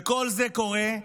וכל זה קורה,